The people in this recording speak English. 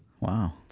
wow